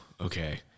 okay